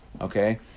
okay